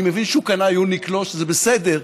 אני מבין שהוא קנה יוניקלו, שזה בסדר,